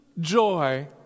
joy